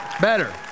Better